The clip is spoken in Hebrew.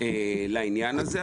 לעניין הזה,